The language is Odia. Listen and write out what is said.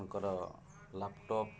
ଙ୍କର ଲ୍ୟାପଟପ୍